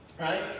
right